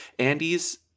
andy's